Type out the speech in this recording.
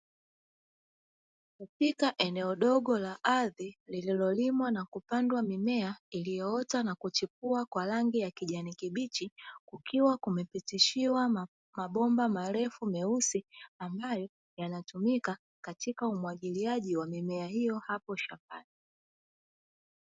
Katika eneo dogo la ardhi, lililolimwa na kupandwa mimea iliyoota na kuchipua kwa rangi ya kijani kibichi, kukiwa kumepitishiwa mabomba marefu meusi ambayo yanatumika katika umwagiliaji wa mimea hiyo hapo shambani.